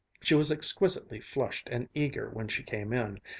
she was exquisitely flushed and eager when she came in,